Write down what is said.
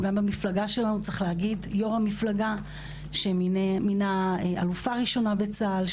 גם במפלגה שלנו צריך להגיד שיו"ר המפלגה מינה אלופה ראשונה בצה"ל,